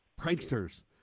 pranksters